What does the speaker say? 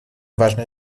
важные